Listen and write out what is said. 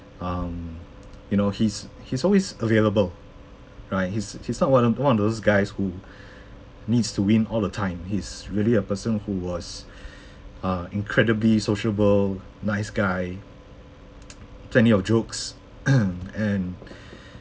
um you know he's he's always available right he's he's not one of one of those guys who needs to win all the time he's really a person who was uh incredibly sociable nice guy plenty of jokes and